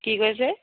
কি কৈছে